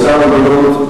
משרד הבריאות,